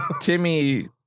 Timmy